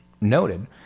noted